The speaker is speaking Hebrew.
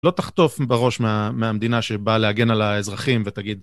לא תחטוף בראש מהמדינה שבאה להגן על האזרחים ותגיד.